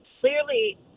clearly